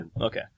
Okay